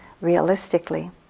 realistically